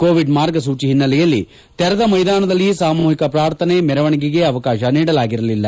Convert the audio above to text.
Covid ಮಾರ್ಗಸೂಚಿ ಹಿನ್ನೆಲೆಯಲ್ಲಿ ತೆರದ ಮೈದಾನದಲ್ಲಿ ಸಾಮೂಹಿಕ ಪ್ರಾರ್ಥನೆ ಮೆರವಣಿಗೆಗೆ ಅವಕಾತ ನೀಡಲಾಗಿರಲಿಲ್ಲ